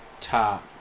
top